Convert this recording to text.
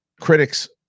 critics